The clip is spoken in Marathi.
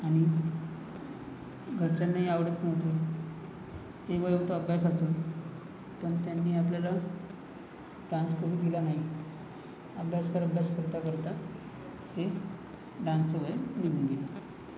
आणि घरच्यांनाही आवडत नव्हतं ते वय होतं अभ्यासाचं पण त्यांनी आपल्याला डान्स करू दिला नाही अभ्यास कर अभ्यास करता करता ते डान्सचं वय निघून गेलं